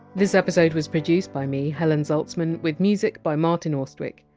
this episode was produced by me, helen zaltzman, with music by martin austwick.